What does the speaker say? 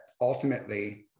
ultimately